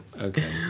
okay